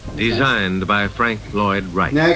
designed by frank lloyd wright.